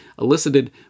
elicited